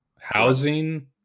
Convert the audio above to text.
housing